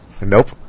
nope